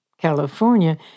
California